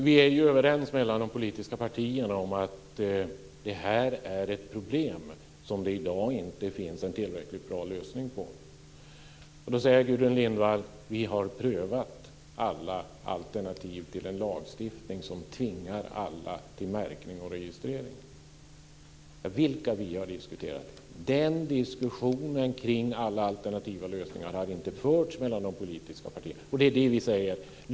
Fru talman! De politiska partierna är överens om att det här är ett problem som det i dag inte finns någon tillräckligt bra lösning på. Gudrun Lindvall säger att vi har prövat alla alternativ till en lagstiftning som tvingar alla till märkning och registrering. Vilka "vi" har diskuterat det? Den diskussionen kring alla alternativa lösningar har inte förts mellan de politiska partierna. Det är det vi säger.